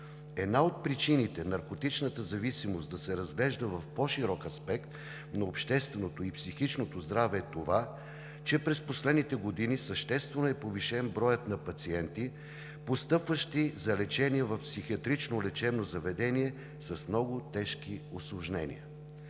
Една от причините наркотичната зависимост да се разглежда в по-широк аспект на общественото и психичното здраве е това, че през последните години съществено е повишен броят на пациенти, постъпващи за лечение в психиатрично лечебно заведение с много тежки усложнения.